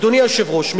אדוני היושב-ראש,